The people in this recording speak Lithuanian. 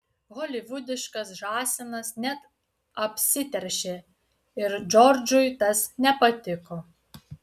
holivudiškas žąsinas net apsiteršė ir džordžui tas nepatiko